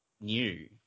new